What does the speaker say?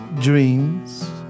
dreams